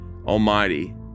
almighty